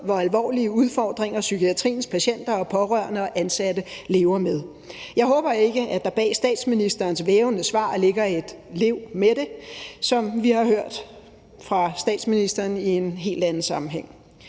hvor alvorlige udfordringer psykiatriens patienter og pårørende og ansatte lever med. Jeg håber ikke, at der bag statsministerens vævende svar ligger et »lev med det«, som vi har hørt fra statsministeren i en helt anden sammenhæng.